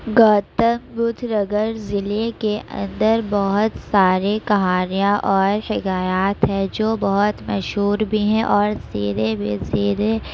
گوتم بدھ نگر ضلع کے اندر بہت سارے کہانیاں اور حکایات ہیں جو بہت مشہور بھی ہیں اور سینے بہ سینے